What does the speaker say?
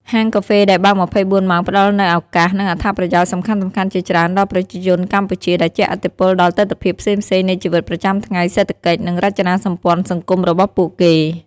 ហាងកាហ្វេដែលបើក ២៤ ម៉ោងផ្តល់នូវឱកាស និងអត្ថប្រយោជន៍សំខាន់ៗជាច្រើនដល់ប្រជាជនកម្ពុជា ដែលជះឥទ្ធិពលដល់ទិដ្ឋភាពផ្សេងៗនៃជីវិតប្រចាំថ្ងៃ សេដ្ឋកិច្ច និងរចនាសម្ព័ន្ធសង្គមរបស់ពួកគេ។